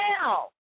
now